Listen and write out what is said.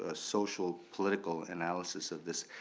ah social political analysis of this.